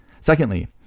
Secondly